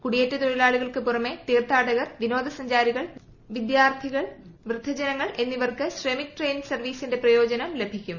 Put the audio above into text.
കുടിയേറ്റത്തൊഴിലാളികൾക്ക് പുറമെ തീർത്ഥാടകർ വിനോദ സഞ്ചാരികൾ വിദ്യാർത്ഥികൾ വൃദ്ധജനങ്ങൾ എന്നിവർക്ക് ശ്രമിക് ട്രെയിൻ സർവ്വീസിന്റെ പ്രയോജനം ലഭിക്കും